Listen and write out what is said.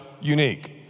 unique